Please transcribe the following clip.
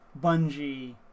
Bungie